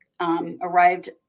arrived